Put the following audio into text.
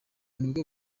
nibwo